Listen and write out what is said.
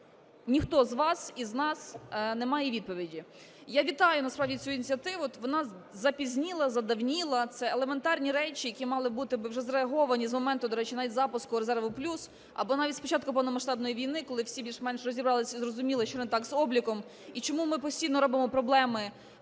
ніхто з вас і з нас не має відповіді. Я вітаю насправді цю ініціативу. Вона запізніла, задавніла, це елементарні речі, які мали би бути вже зреаговані з моменту, до речі, навіть запуску "Резерв+" або навіть з початку повномасштабної війни, коли всі більш-менш розібралися і зрозуміли, що не так з обліком. І чому ми постійно робимо проблеми